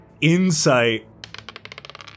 insight